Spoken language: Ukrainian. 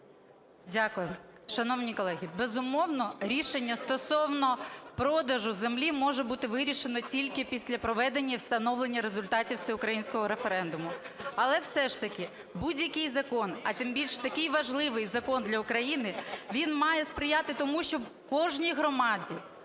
Дякую. Шановні колеги, безумовно, рішення стосовно продажу землі може бути вирішено тільки після проведення і встановлення результатів всеукраїнського референдуму, але все ж таки будь-який закон, а тим більше такий важливий закон для України, він має сприяти тому, щоб в кожній громаді,